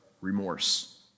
remorse